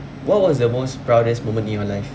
what was the most proudest moment in your life